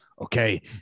Okay